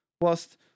Whilst